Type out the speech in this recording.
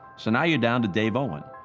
so now you're down to dave owen.